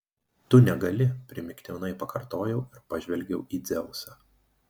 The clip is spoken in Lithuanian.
tu negali primygtinai pakartojau ir pažvelgiau į dzeusą